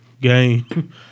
game